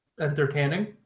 entertaining